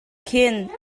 khin